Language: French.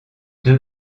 deux